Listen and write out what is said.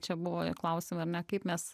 čia buvo klausiau ar ne kaip mes